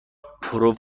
پرو